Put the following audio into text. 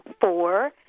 four